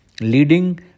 leading